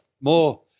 More